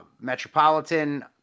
Metropolitan